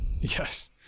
Yes